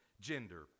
gender